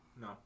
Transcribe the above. No